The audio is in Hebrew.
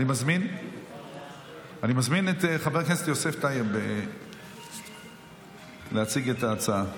מזמין את חבר הכנסת יוסף טייב להציג את ההצעה.